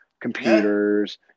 computers